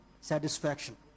satisfaction